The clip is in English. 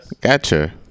Gotcha